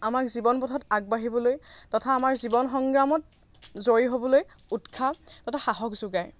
আমাক জীৱন পথত আগবাঢ়িবলৈ তথা আমাৰ জীৱন সংগ্ৰামত জয়ী হ'বলৈ উৎসাহ তথা সাহস যোগায়